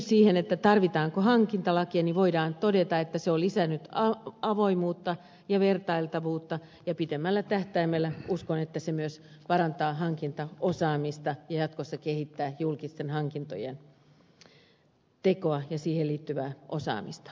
kysymykseen siitä tarvitaanko hankintalakia voidaan todeta että se on lisännyt avoimuutta ja vertailtavuutta ja pitemmällä tähtäimellä uskon että se myös parantaa hankintaosaamista ja jatkossa kehittää julkisten hankintojen tekoa ja niihin liittyvää osaamista